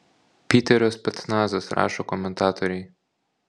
piterio specnazas rašo komentatoriai